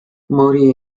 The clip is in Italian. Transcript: morì